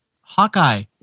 Hawkeye